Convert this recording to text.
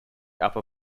upper